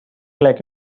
like